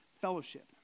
fellowship